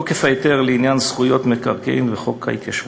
תוקף ההיתר לעניין זכויות מקרקעין וחוק ההתיישבות: